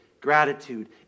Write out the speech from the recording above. gratitude